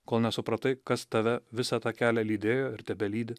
kol nesupratai kas tave visą tą kelią lydėjo ir tebelydi